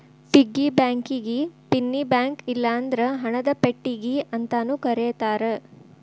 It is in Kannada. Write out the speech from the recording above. ಪಿಗ್ಗಿ ಬ್ಯಾಂಕಿಗಿ ಪಿನ್ನಿ ಬ್ಯಾಂಕ ಇಲ್ಲಂದ್ರ ಹಣದ ಪೆಟ್ಟಿಗಿ ಅಂತಾನೂ ಕರೇತಾರ